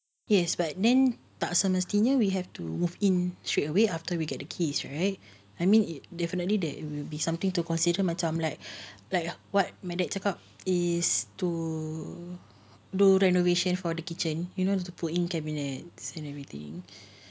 yes but then tak semestinya we have to move in straight away after we get the keys right I mean it definitely there will be something to consider macam like like what mother cakap is to do renovation for the kitchen you know have to put in cabinets and everything